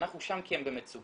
אנחנו שם כי הם במצוקה,